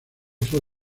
uso